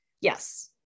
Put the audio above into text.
Yes